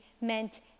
meant